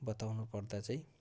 बताउनुपर्दा चाहिँ